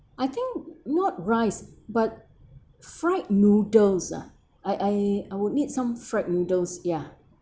I think not rice but fried noodles ah I I I would need some fried noodles ya